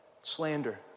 Slander